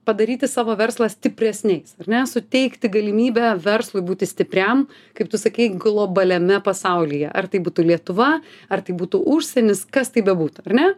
padaryti savo verslą stipresniais ar ne suteikti galimybę verslui būti stipriam kaip tu sakei globaliame pasaulyje ar tai būtų lietuva ar tai būtų užsienis kas tai bebūtų ar ne